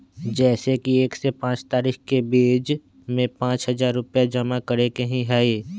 जैसे कि एक से पाँच तारीक के बीज में पाँच हजार रुपया जमा करेके ही हैई?